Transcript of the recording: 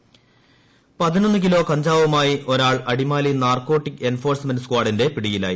കഞ്ചാവ് പതിനൊന്ന് കിലോ കഞ്ചാവുമായി ഒരാൾ അടിമാലി നാർകോട്ടിക് എൻഫോഴ്സ്മെന്റ് സ്കാഡിന്റെ പിടിയിലായി